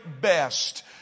best